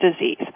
disease